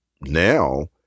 now